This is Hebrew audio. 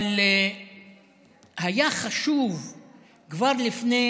אבל היה חשוב כבר לפני